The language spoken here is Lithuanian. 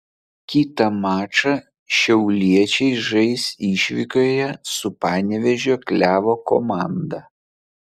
kitą mačą šiauliečiai žais išvykoje su panevėžio klevo komanda